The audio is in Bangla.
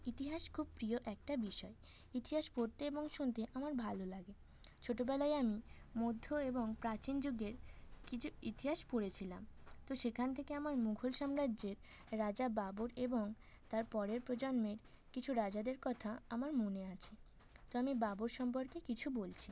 ইতিহাস খুব প্রিয় একটা বিষয় ইতিহাস পড়তে এবং শুনতে আমার ভালো লাগে ছোটবেলায় আমি মধ্য এবং প্রাচীনযুগের কিছু ইতিহাস পড়েছিলাম তো সেখান থেকে আমার মুঘল সাম্রাজের রাজা বাবর এবং তার পরের প্রজন্মের কিছু রাজাদের কথা আমার মনে আছে তো আমি বাবর সম্পর্কে কিছু বলছি